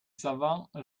savants